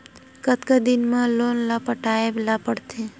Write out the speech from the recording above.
कतका दिन मा लोन ला पटाय ला पढ़ते?